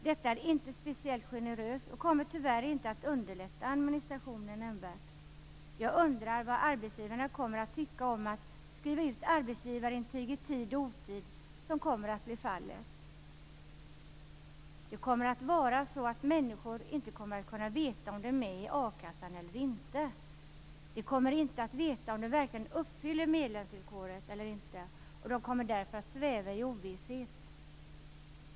Detta är inte speciellt generöst och kommer tyvärr inte att underlätta administrationen nämnvärt. Jag undrar vad arbetsgivarna kommer att tycka om att skriva ut arbetsgivarintyg i tid och otid som kommer att bli fallet. Människor kommer inte att veta om de är med i akassan eller inte. De kommer inte att veta om de verkligen uppfyller medlemsvillkoret eller inte, och de kommer därför att sväva i ovisshet.